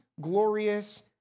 glorious